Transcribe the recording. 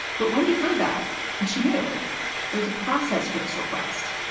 but when he heard that and she knew there's a process for this request,